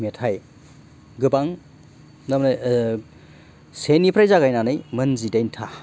मेथाइ गोबां थारमानि सेनिफ्राय जागायनानै मोन जिदाइन था